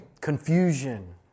confusion